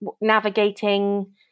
navigating